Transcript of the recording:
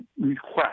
request